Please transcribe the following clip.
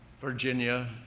Virginia